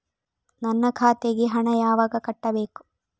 ನನ್ನ ಖಾತೆಗೆ ಹಣ ಯಾವಾಗ ಕಟ್ಟಬೇಕು?